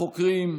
החוקרים,